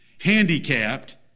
handicapped